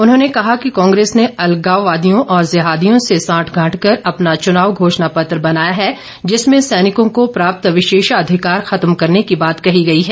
उन्होंने कहा कि कांग्रेस ने अलगावादियों और जिहादियों से साठगांठ कर अपना चुनाव घोषणापत्र बनाया है जिसमें सैनिकों को प्राप्त विशेषाधिकार खत्म करने की बात कही गई है